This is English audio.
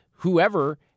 whoever